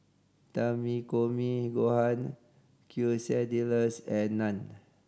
Takikomi Gohan Quesadillas and Naan